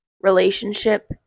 relationship